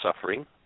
Suffering